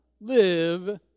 live